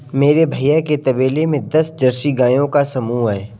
मेरे भैया के तबेले में दस जर्सी गायों का समूह हैं